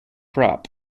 prop